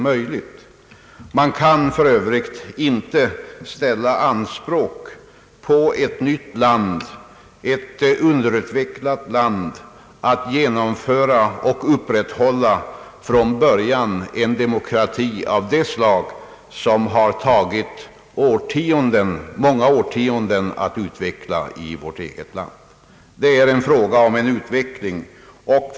Man kan för övrigt inte begära av ett nytt land, ett underutvecklat land, att det från början skall genomföra och upprätthålla en demokrati av sådant slag som det i vårt eget land tagit många årtionden att uppnå. Det är en fråga om utveckling.